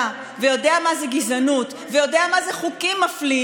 ויודע מה זה גזענות ויודע מה זה חוקים מפלים.